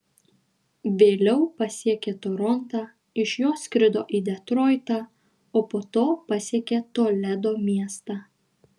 vėliau pasiekė torontą iš jo skrido į detroitą o po to pasiekė toledo miestą